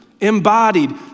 embodied